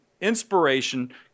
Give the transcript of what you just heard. inspiration